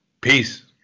Peace